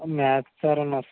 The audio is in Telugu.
మ్యాథ్స్ సార్ ఉన్నాడు సార్